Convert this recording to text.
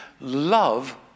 Love